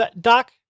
Doc